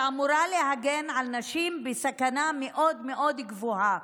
שאמורה להגן על נשים בסכנה מאוד מאוד גבוהה.